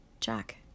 Jack